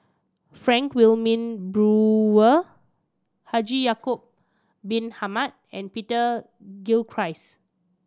Frank Wilmin Brewer Haji Ya'acob Bin Hamed and Peter Gilchrist